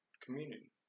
community